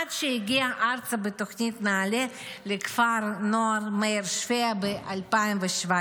עד שהגיע ארצה בתוכנית נעל"ה לכפר הנוער מאיר שפיה ב-2017.